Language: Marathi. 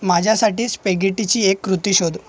माझ्यासाठी स्पेगिटीची एक कृती शोध